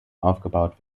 aufgebaut